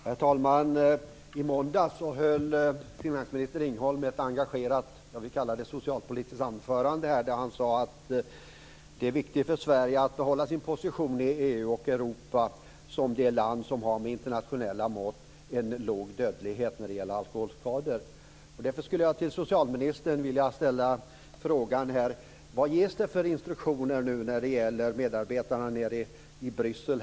Herr talman! I måndags höll finansminister Ringholm ett engagerat socialpolitisk anförande där han sade att det är viktigt för Sverige att behålla sin position i EU och Europa som ett land som har en med internationella mått låg dödlighet på grund av alkoholskador. Vilka instruktioner ges nu till medarbetarna i Bryssel?